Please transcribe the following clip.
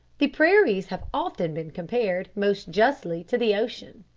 the prairies have often been compared, most justly, to the ocean.